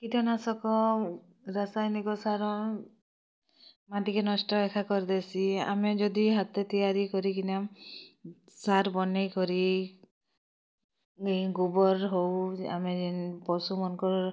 କୀଟନାଶକ୍ ରାସାୟନିକ୍ ସାର୍ ମାଟି କେ ନଷ୍ଟ୍ ଏକା କର୍ ଦେଇସି ଆମେ ଯଦି ହାତେ ତିଆରି କରିକିନା ସାର ବନେଇ କରି ନେ ଗୁବର୍ ହଉ ଯେ ଆମେ ପଶୁ ମାନଙ୍କର୍